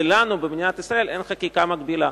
ולנו במדינת ישראל אין חקיקה מקבילה.